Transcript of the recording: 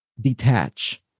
detach